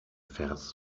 vers